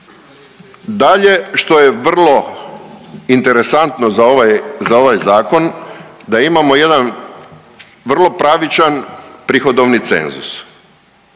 Dalje, što je vrlo interesantno za ovaj zakon da imamo jedan vrlo pravičan prihodovni cenzus.